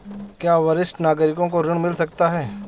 क्या वरिष्ठ नागरिकों को ऋण मिल सकता है?